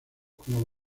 como